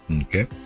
okay